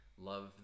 love